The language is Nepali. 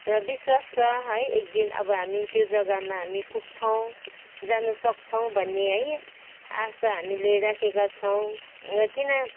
र विश्वास छ है एक दिन अब हामी त्यो जग्गामा हामी पुग्छौँ जानुसक्छौँ भन्ने है आशा हामीले राखेका छौँ किन